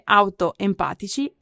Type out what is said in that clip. autoempatici